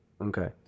Okay